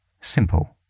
Simple